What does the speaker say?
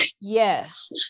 Yes